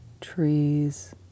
trees